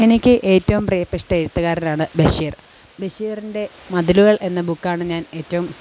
എനിക്ക് ഏറ്റവും പ്രിയപ്പെട്ട എഴുത്തുകാരനാണ് ബഷീർ ബഷീറിൻ്റെ മതിലുകൾ എന്ന ബുക്കാണ് ഞാൻ ഏറ്റവും